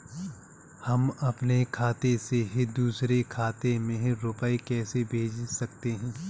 हम अपने खाते से दूसरे के खाते में रुपये कैसे भेज सकते हैं?